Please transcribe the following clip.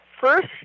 first